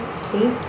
See